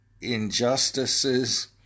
Injustices